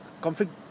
conflict